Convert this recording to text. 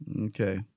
okay